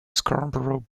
scarborough